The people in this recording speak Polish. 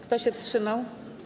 Kto się wstrzymał?